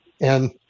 and-